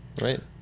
right